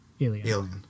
Alien